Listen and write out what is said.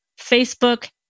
Facebook